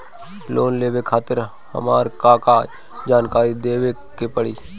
Loan लेवे खातिर हमार का का जानकारी देवे के पड़ी?